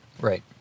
Right